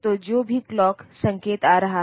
तो जो भी क्लॉक संकेत आ रहा है